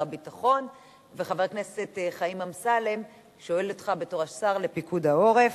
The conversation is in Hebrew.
הביטחון וחבר הכנסת חיים אמסלם שואל אותך בתור השר לפיקוד העורף,